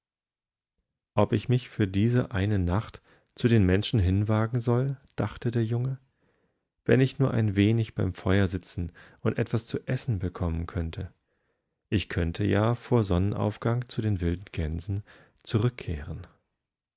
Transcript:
und schleichende schritteunddrohendestimmen ihmwurdesobange erwußtenicht waser anfangensollte ermußtedahin wofeuerundlichtwar wennernichtvor angstumkommensollte obichmichfürdieseeinenachtzudenmenschenhinwagensoll dachte der junge wenn ich nur ein wenig beim feuer sitzen und etwas zu essen bekommen könnte ich könnte ja vor sonnenaufgang zu den wilden gänsen zurückkehren